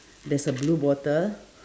there's a blue bottle